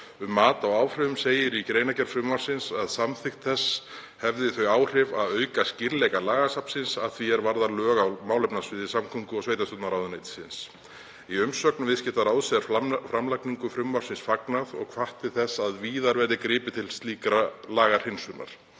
Um mat á áhrifum segir í greinargerð frumvarpsins að samþykkt þess hefði þau áhrif að auka skýrleika lagasafnsins að því er varðar lög á málefnasviði samgöngu- og sveitarstjórnarráðuneytisins. Í umsögn Viðskiptaráðs er framlagningu frumvarpsins fagnað og hvatt til þess að víðar verði gripið til slíkrar lagahreinsunar.